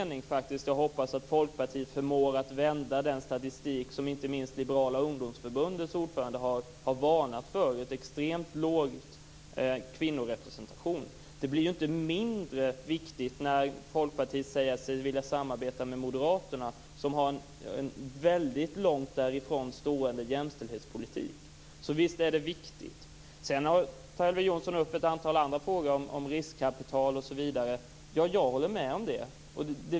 Jag hoppas i all välmening att Folkpartiet förmår att vända den statistik som inte minst Liberala Ungdomsförbundets ordförande har varnat för, med en extremt låg kvinnorepresentation. Det blir inte mindre viktigt när Folkpartiet säger att man vill samarbeta med Moderaterna, vars jämställdhetspolitik står väldigt långt från den folkpartistiska. Så visst är det här viktigt. Elver Jonsson tar upp ett antal andra frågor, om riskkapital osv. Jag håller med honom på de punkterna.